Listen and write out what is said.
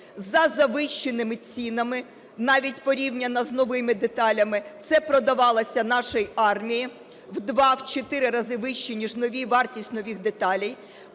за завищеними цінами, навіть порівняно з новими деталями. Це продавалося нашій армії в 2 - в 4 рази вище, ніж нові, вартість нових деталей.